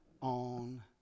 on